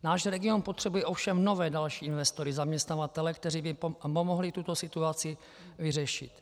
Náš region potřebuje ovšem nové, další investory, zaměstnavatele, kteří by pomohli tuto situaci vyřešit.